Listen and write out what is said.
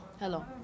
Hello